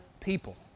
people